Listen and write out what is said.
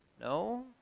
No